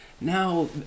now